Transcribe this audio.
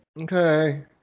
Okay